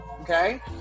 Okay